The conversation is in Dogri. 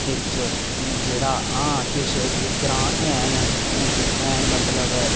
बिच्च जेह्ड़ा हां किश ग्रांऽ हैन जित्थै मतलब